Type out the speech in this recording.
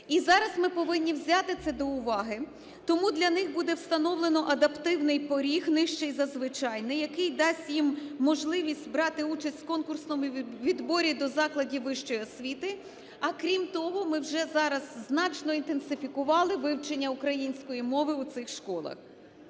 і зараз ми повинні взяти це до уваги, тому для них буде встановлено адаптивний поріг, нижчий за звичайний, який дасть їм можливість брати участь в конкурсному відборі до закладів вищої освіти, а, крім того, ми вже зараз значно інтенсифікували вивчення української мови у цих школах.